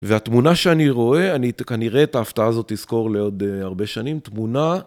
והתמונה שאני רואה, אני כנראה את ההפתעה הזאת אזכור לעוד הרבה שנים, תמונה...